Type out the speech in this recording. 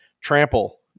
trample